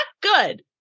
good